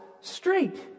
straight